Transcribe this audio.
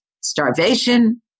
starvation